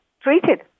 treated